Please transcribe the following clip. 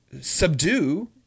subdue